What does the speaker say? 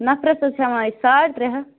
نفرَس حظ ہٮ۪وان أسۍ ساڑ ترٛےٚ ہَتھ